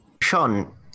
Sean